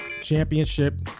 championship